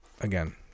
again